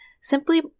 simply